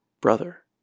brother